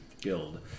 guild